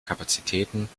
kapazitäten